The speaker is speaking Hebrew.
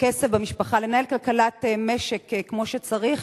הכסף במשפחה, לנהל כלכלת משק כמו שצריך,